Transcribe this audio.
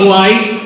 life